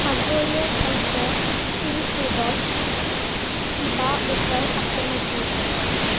সাগৰীয় খাদ্যত চি ফুডত কিবা অফাৰ আছে নেকি